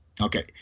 okay